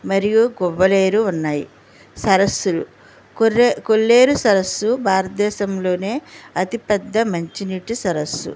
మరియు కొవ్వలేరు ఉన్నాయి సరస్సులు కొర్రె కొల్లేరు సరస్సు భారతదేశంలోనే అతిపెద్ద మంచినీటి సరస్సు